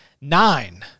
nine